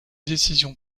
décisions